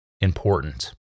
important